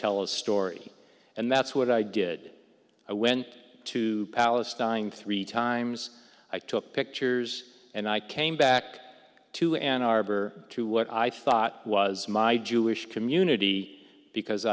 tell a story and that's what i did i went to palestine three times i took pictures and i came back to ann arbor to what i thought was my jewish community because